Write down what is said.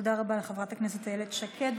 תודה רבה לחברת הכנסת איילת שקד.